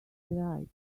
right